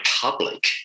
public